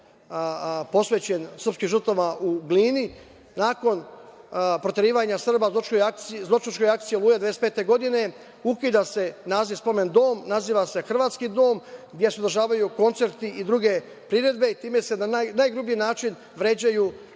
posvećen srpskim žrtvama u Glini, nakon proterivanja Srba u zločinačkoj akciji "Oluja" 1995. godine ukida se naziv Spomen dom, naziva se Hrvatski dom, gde se održavaju koncerti i druge priredbe i time se na najgrublji način vređaju